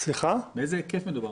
באיזה היקף מדובר?